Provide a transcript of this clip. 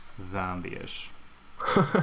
zombie-ish